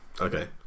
Okay